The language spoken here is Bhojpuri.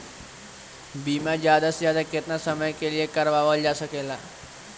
बीमा ज्यादा से ज्यादा केतना समय के लिए करवायल जा सकेला?